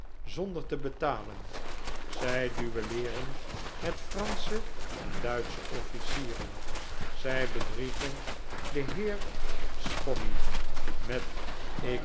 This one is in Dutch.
zonder te betalen zij duelleeren met fransche en duitsche offlcieren zij bedriegen den heer spomey met